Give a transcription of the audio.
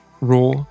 raw